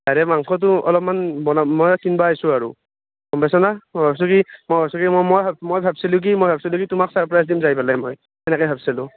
আৰে মাংসটো মই বনাম মই কিনবা আইছোঁ আৰু শুনিছ না মই ভাবছোঁ কি মই ভাবছিলোঁ কি মই ভাবিছিলোঁ কি তোমাক ছাৰপ্ৰাইজ দিম তোমাক আহি পেলাই মই সেনেকৈ ভাবছিলোঁ